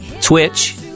Twitch